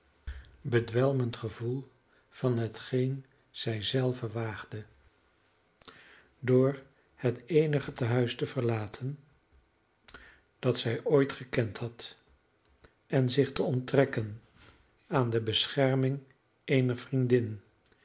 bedwelmend gevoel van hetgeen zij zelve waagde door het eenige tehuis te verlaten dat zij ooit gekend had en zich te onttrekken aan de bescherming eener vriendin